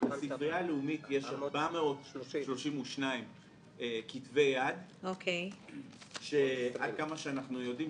בספרייה הלאומית יש 432 כתבי יד שעד כמה שאנחנו יודעים,